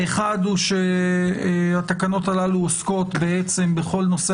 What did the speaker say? האחד הוא שהתקנות הללו עוסקות בעצם בכל נושא